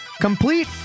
complete